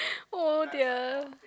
oh dear